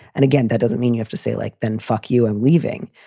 and again, that doesn't mean you have to say, like, then fuck you and leaving.